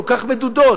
כל כך מדודות,